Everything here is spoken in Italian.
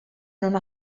non